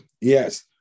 Yes